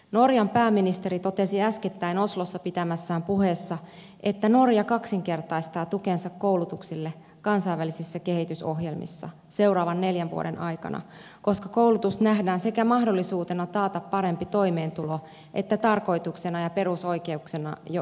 norjan pääministeri totesi äskettäin oslossa pitämässään puheessa että norja kaksinkertaistaa tukensa koulutukselle kansainvälisissä kehitysohjelmissa seuraavan neljän vuoden aikana koska koulutus nähdään sekä mahdollisuutena taata parempi toimeentulo että tarkoituksena ja perusoikeutena jo itsessään